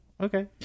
okay